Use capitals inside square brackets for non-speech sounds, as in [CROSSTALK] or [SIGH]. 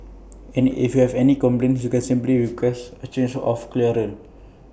[NOISE] and if you have any complaints you can simply request A change of cleaner